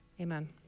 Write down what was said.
Amen